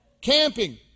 Camping